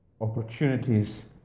opportunities